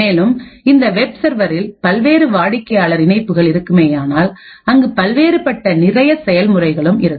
மேலும் இந்த வெப் சர்வரில் பல்வேறுவாடிக்கையாளர் இணைப்புகள்இருக்குமேயானால் அங்கு பல்வேறுபட்ட நிறைய செயல்முறைகளும் இருக்கும்